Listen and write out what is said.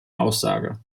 aussage